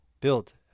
built